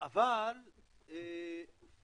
--- ה-750 שקל?